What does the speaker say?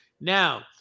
now